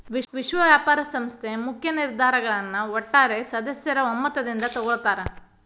ವಿಶ್ವ ವ್ಯಾಪಾರ ಸಂಸ್ಥೆ ಮುಖ್ಯ ನಿರ್ಧಾರಗಳನ್ನ ಒಟ್ಟಾರೆ ಸದಸ್ಯರ ಒಮ್ಮತದಿಂದ ತೊಗೊಳ್ತಾರಾ